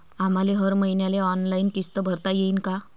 आम्हाले हर मईन्याले ऑनलाईन किस्त भरता येईन का?